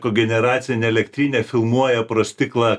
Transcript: kogeneracinė elektrinė filmuoja pro stiklą